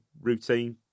routine